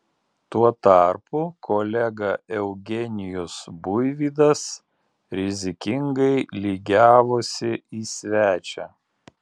tuo tarpu kolega eugenijus buivydas rizikingai lygiavosi į svečią